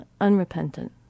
unrepentant